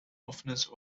offenes